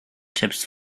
tips